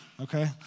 okay